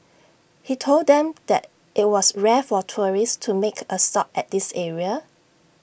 he told them that IT was rare for tourists to make A stop at this area